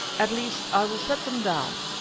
at least i will set them down,